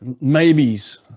maybes